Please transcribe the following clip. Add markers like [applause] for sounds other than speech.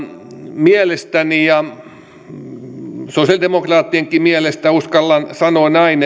mielestäni ja sosialidemokraattienkin mielestä uskallan sanoa näin [unintelligible]